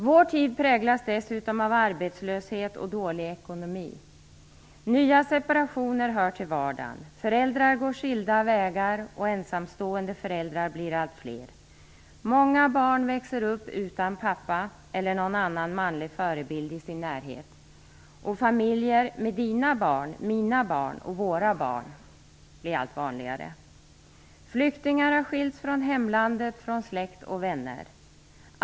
Vår tid präglas dessutom av arbetslöshet och dålig ekonomi. Nya separationer hör till vardagen. Föräldrar går skilda vägar och de ensamstående föräldrarna blir allt fler. Många barn växer upp utan pappa eller någon annan manlig förebild i sin närhet, och familjer med "dina barn, mina barn och våra barn" blir allt vanligare. Flyktingar har skilts från hemlandet, från släkt och vänner.